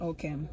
Okay